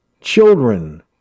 children